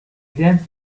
danced